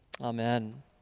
Amen